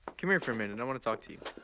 come here for a minute, i want to talk to you.